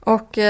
Och